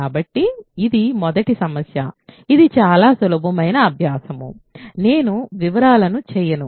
కాబట్టి ఇది మొదటి సమస్య ఇది చాలా సులభమైన అభ్యాసము నేను వివరంగా చేయను